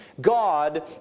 God